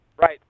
Right